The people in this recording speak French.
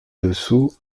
dessous